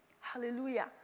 hallelujah